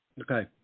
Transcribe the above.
Okay